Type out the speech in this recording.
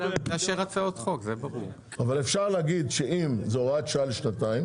אבל אפשר להגיד שאם זו הוראת שעה לשנתיים,